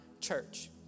church